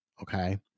okay